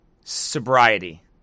Sobriety